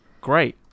Great